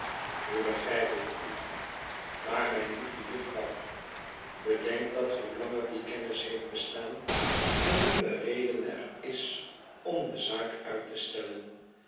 nu begrijp ik u maar mijn lieve juffrouw bedenk dat hoe langer die kennis heeft bestaan hoe minder reden er is om de zaak uit te stellen